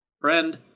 Friend